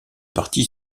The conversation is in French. partie